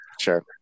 Sure